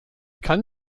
kann